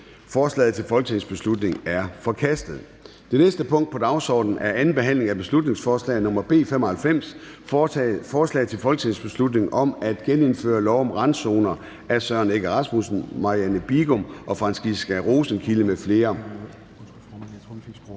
Forslaget til folketingsbeslutning er forkastet. --- Det næste punkt på dagsordenen er: 21) 2. (sidste) behandling af beslutningsforslag nr. B 95: Forslag til folketingsbeslutning om at genindføre lov om randzoner. Af Søren Egge Rasmussen (EL), Marianne Bigum (SF) og Franciska Rosenkilde (ALT)